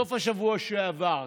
בסוף השבוע שעבר?